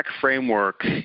framework